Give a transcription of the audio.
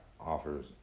offers